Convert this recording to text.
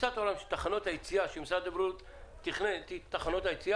תפיסת העולם של תחנות היציאה שמשרד הבריאות תכנן היא הכמויות.